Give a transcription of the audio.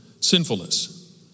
sinfulness